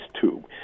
tube